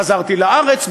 חזרתי לארץ,